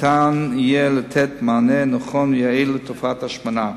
ניתן יהיה לתת מענה נכון ויעיל לתופעת ההשמנה.